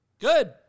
Good